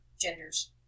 genders